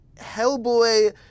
Hellboy